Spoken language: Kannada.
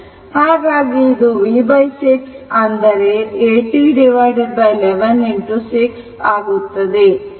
ಹಾಗಾಗಿ ಇದು v6 ಅಂದರೆ 8011 6 ಆಗುತ್ತದೆ